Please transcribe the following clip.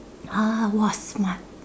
!huh! !wah! smart